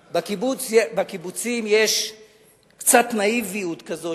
בקיבוצים יש קצת נאיביות כזו,